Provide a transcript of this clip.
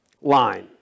line